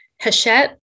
Hachette